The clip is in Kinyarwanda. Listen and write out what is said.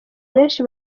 benshi